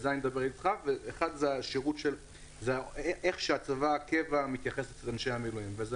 והדבר השלישי שאני רוצה להגיד אני